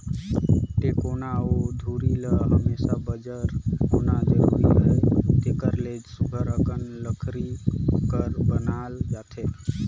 टेकोना अउ धूरी ल हमेसा बंजर होना जरूरी अहे तेकर ले सुग्घर अकन लकरी कर बनाल जाथे